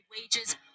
wages